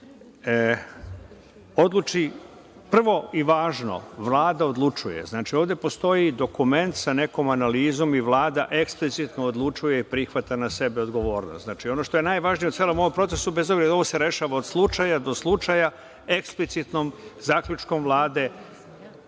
prvo i važno – Vlada odlučuje. Znači, ovde postoji dokument sa nekom analizom i Vlada eksplicitno odlučuje i prihvata na sebe odgovornost. Znači, ono što je najvažnije u celom ovom procesu, bez obzira, ovo se rešava od slučaja do slučaja, eksplicitnim zaključkom Vlade